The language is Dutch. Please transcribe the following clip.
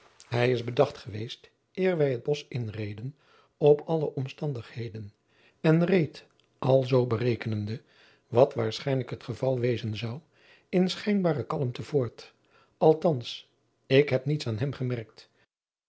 ij is bedacht geweest eer wij het bosch inreden op alle omstandigheden en reed alzoo berekenende wat waarschijnlijk het geval wezen zou in schijnbare kalmte voort althans ik heb niets aan hem gemerkt